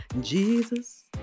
Jesus